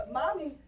mommy